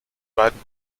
beiden